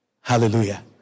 Hallelujah